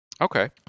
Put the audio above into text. okay